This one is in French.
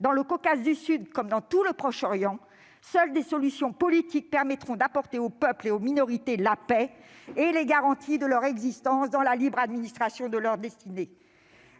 Dans le Caucase du Sud, comme dans tout le Proche-Orient, seules des solutions politiques permettront d'apporter aux peuples et aux minorités la paix et les garanties de leur existence dans la libre administration de leurs destinées.